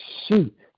shoot